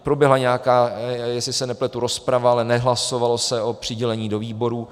Proběhla nějaká, jestli se nepletu, rozprava, ale nehlasovalo se o přidělení do výborů.